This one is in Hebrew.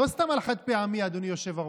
לא סתם על חד-פעמי, אדוני היושב-ראש,